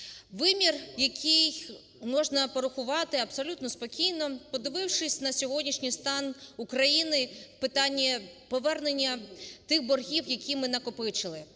вимір, який можна порахувати абсолютно спокійно, подивившись на сьогоднішній стан України в питанні повернення тих боргів, які ми накопичили.